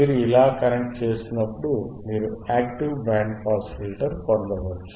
మీరు ఇలా కనెక్ట్ చేసినప్పుడు మీరు యాక్టివ్ బ్యాండ్ పాస్ ఫిల్టర్ పొందవచ్చు